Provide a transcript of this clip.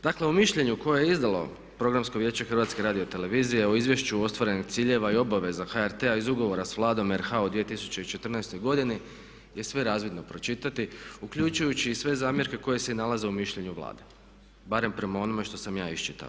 Dakle u mišljenju koje je izdalo Programsko vijeće HRT-a o izvješću ostvarenih ciljeva i obaveza HRT-a iz ugovora s Vladom RH-a od 2014.godini je sve razvidno pročitati uključujući i sve zamjerke koje se nalaze u mišljenju Vlade barem prema onome šta sam ja iščitao.